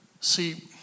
See